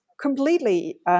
completely